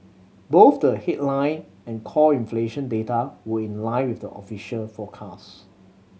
both the headline and core inflation data were in line with the official forecast